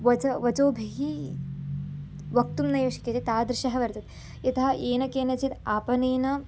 वचसा वचोभिः वक्तुं नैव शक्यते तादृशः वर्तते यथा येन केनचित् आपणेन